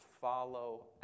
follow